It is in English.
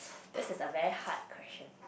this is a very hard question